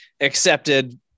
accepted